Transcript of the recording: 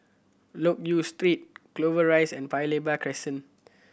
Loke Yew Street Clover Rise and Paya Lebar Crescent